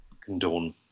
condone